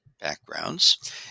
backgrounds